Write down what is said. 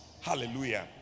hallelujah